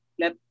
let